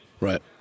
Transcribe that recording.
Right